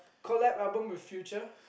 collaboration album with Future